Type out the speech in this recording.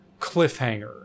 cliffhanger